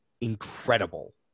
incredible